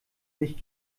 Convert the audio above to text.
sich